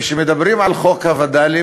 כשמדברים על חוק הווד"לים,